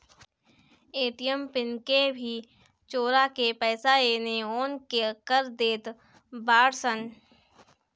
ATM PIN के भी चोरा के पईसा एनेओने कर देत बाड़ऽ सन